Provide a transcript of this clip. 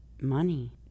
money